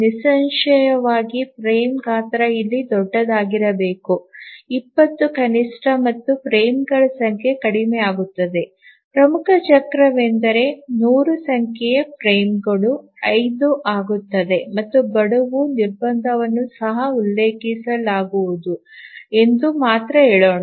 ನಿಸ್ಸಂಶಯವಾಗಿ ಫ್ರೇಮ್ ಗಾತ್ರವು ಇಲ್ಲಿ ದೊಡ್ಡದಾಗಿರಬೇಕು 20 ಕನಿಷ್ಠ ಮತ್ತು ಫ್ರೇಮ್ಗಳ ಸಂಖ್ಯೆ ಕಡಿಮೆಯಾಗುತ್ತದೆ ಪ್ರಮುಖ ಚಕ್ರವೆಂದರೆ 100 ಸಂಖ್ಯೆಯ ಫ್ರೇಮ್ಗಳು 5 ಆಗುತ್ತವೆ ಮತ್ತು ಗಡುವು ನಿರ್ಬಂಧವನ್ನು ಸಹ ಉಲ್ಲಂಘಿಸಲಾಗುವುದು ಎಂದು ಮಾತ್ರ ಹೇಳೋಣ